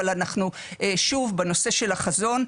אבל אנחנו שוב בנושא של החזון.